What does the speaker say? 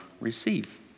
receive